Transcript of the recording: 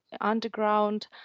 underground